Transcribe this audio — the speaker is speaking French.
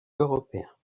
européens